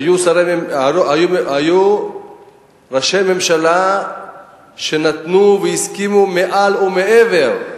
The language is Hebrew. היו ראשי ממשלה שנתנו והסכימו מעל ומעבר,